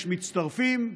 יש מצטרפים,